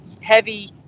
heavy